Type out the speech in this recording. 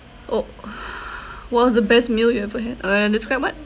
oh what was the best meal you've ever had and describe what